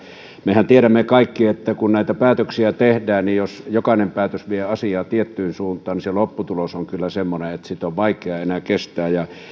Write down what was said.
mehän tiedämme kaikki että kun näitä päätöksiä tehdään ja jos jokainen päätös vie asiaa tiettyyn suuntaan se lopputulos on kyllä semmoinen että sitä on vaikea enää kestää